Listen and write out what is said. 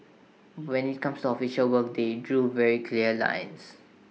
when IT comes official work they drew very clear lines